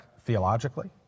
theologically